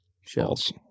shells